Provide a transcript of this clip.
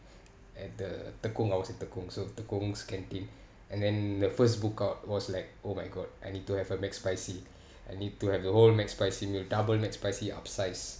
at the tekong I was at tekong so tekong's canteen and then the first bookout was like oh my god I need to have a mcspicy I need to have the whole mcspicy meal double mcspicy upsize